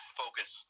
focus